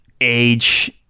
age